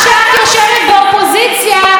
את רוצה, תחליפי את העם.